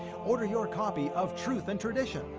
order your copy of truth and tradition,